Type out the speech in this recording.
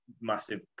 massive